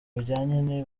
bijyanye